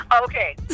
Okay